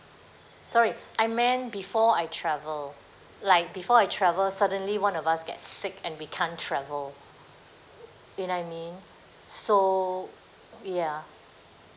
sorry I meant before I travel like before I travel suddenly one of us get sick and we can't travel you know I mean so ya